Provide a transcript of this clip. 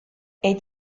est